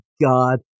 God